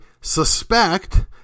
suspect